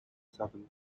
southern